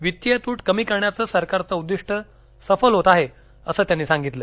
वित्तीय तुट कमी करण्याचं सरकारचं उद्दिष्ट सफल होत आहे असं त्यांनी सांगितलं